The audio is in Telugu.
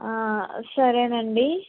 సరేనండి